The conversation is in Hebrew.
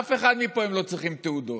מאף אחד מפה הם לא צריכים תעודות.